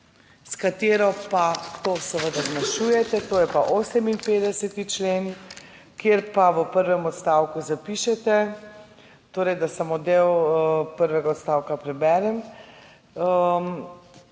s katero pa to seveda zmanjšujete. To je pa 58. člen, kjer pa v prvem odstavku zapišete, da samo del prvega odstavka preberem: